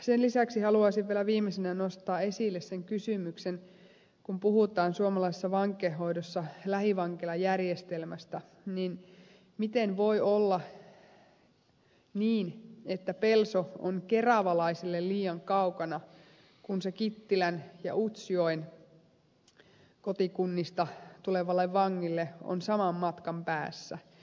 sen lisäksi haluaisin vielä viimeisenä nostaa esille sen kysymyksen että kun puhutaan suomalaisessa vankeinhoidossa lähivankilajärjestelmästä niin miten voi olla niin että pelso on keravalaisille liian kaukana kun se kittilän ja utsjoen kotikunnista tulevalle vangille on saman matkan päässä